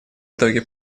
итоге